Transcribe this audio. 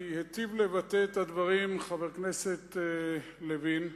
כי היטיב לבטא את הדברים חבר הכנסת לוין.